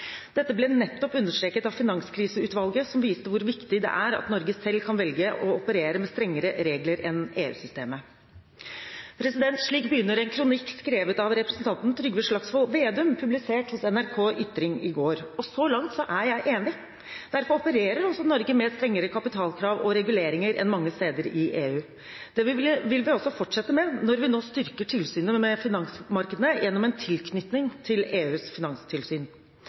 Dette ble nettopp understreket av Finanskriseutvalget, som viste hvor viktig det er at Norge selv kan velge å operere med strengere regler enn EU-systemet.» Slik begynner en kronikk skrevet av representanten Trygve Slagsvold Vedum, publisert hos NRK Ytring i går. Og så langt er jeg enig. Derfor opererer også Norge med strengere kapitalkrav og reguleringer enn mange steder i EU. Det vil vi også fortsette med når vi nå styrker tilsynet med finansmarkedene gjennom en tilknytning til EUs finanstilsyn.